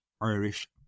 irish